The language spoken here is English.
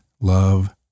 love